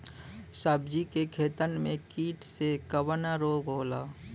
सब्जी के खेतन में कीट से कवन रोग होला?